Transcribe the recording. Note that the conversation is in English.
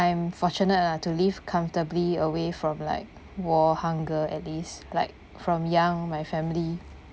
I'm fortunate ah to live comfortably away from like war hunger at least like from young my family